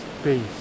space